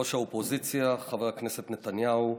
ראש האופוזיציה חבר הכנסת נתניהו,